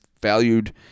valued